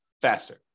faster